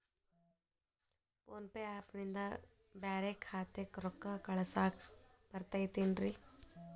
Phone pay app ನಿಂದ ಬ್ಯಾರೆ ಖಾತೆಕ್ ರೊಕ್ಕಾ ಕಳಸಾಕ್ ಬರತೈತೇನ್ರೇ?